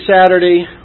Saturday